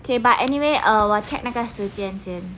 okay but anyway 我 check 那个时间先